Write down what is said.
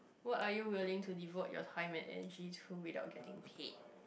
what are you willing to devote your time and energy to without getting paid